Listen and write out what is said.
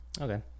Okay